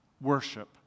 worship